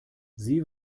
sie